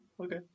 okay